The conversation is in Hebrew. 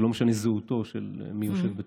ולא משנה הזהות של מי שיושב בתוכו,